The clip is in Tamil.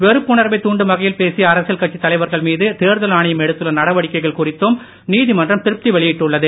வெறுப்புணர்வை தாண்டும் வகையில் பேசிய அரசியல் கட்சித் தலைவர்கள் மீது தேர்தல் ஆணையம் எடுத்துள்ள நடவடிக்கைகள் குறித்தும் நீதிமன்றம் திருப்தி வெளியிட்டுள்ளது